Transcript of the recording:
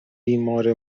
بیمار